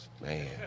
man